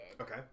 Okay